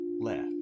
left